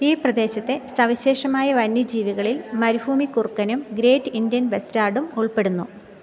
ഈ പ്രദേശത്തെ സവിശേഷമായ വന്യജീവികളിൽ മരുഭൂമിക്കുറുക്കനും ഗ്രേറ്റ് ഇന്ത്യൻ ബസ്റ്റാർഡും ഉൾപ്പെടുന്നു